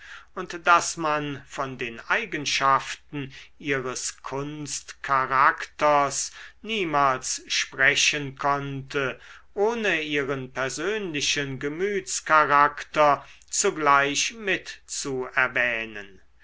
und daß man von den eigenschaften ihres kunstcharakters niemals sprechen konnte ohne ihren persönlichen gemütscharakter zugleich